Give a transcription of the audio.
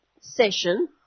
session